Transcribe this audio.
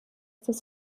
das